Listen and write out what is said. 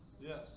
Yes